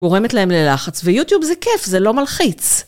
גורמת להם ללחץ, ויוטיוב זה כיף, זה לא מלחיץ.